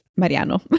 Mariano